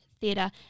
Theatre